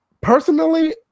personally